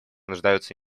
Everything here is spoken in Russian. нуждаются